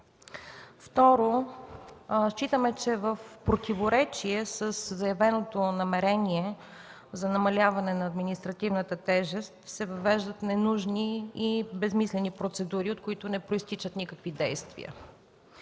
Второ, считаме, че в противоречие със заявеното намерение за намаляване на административната тежест, се въвеждат ненужни и безсмислени процедури, от които не произтичат никакви действия.